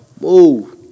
Move